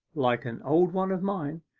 like an old one of mine,